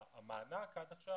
המענק עד עכשיו,